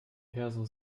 perso